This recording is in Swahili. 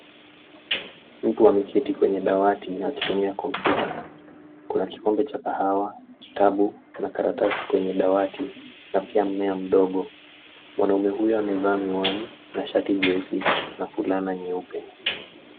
Mtu ameketi kwenye dawati akitumia kompyuta. Kuna kikombe cha kahawa, kitabu na karatasi kwenye dawati na pia mmea mdogo. Mwanaume huyu amevaa miwani na shati nyeusi na fulana nyeupe.